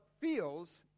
feels